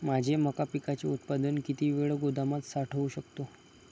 माझे मका पिकाचे उत्पादन किती वेळ गोदामात साठवू शकतो?